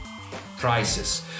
prices